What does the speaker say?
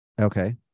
Okay